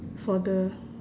for the